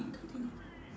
mm